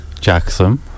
Jackson